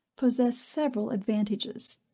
possess several advantages.